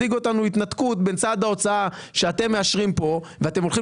מדאיג אותנו התנתקות בין צד ההוצאה שאתם מאשרים פה ואתם הולכים